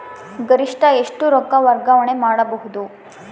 ಗರಿಷ್ಠ ಎಷ್ಟು ರೊಕ್ಕ ವರ್ಗಾವಣೆ ಮಾಡಬಹುದು?